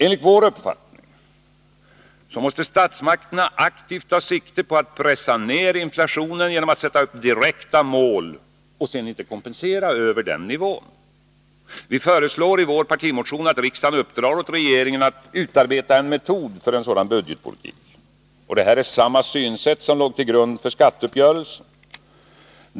Enligt vår uppfattning måste statsmakterna aktivt ta sikte på att pressa ner inflationen genom att sätta upp direkta mål och sedan inte kompensera över den nivån. Vi föreslår i vår partimotion att riksdagen uppdrar åt regeringen att utarbeta en metod för en sådan budgetpolitik. Det är samma synsätt som låg till grund för skatteuppgörelsen.